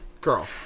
Girl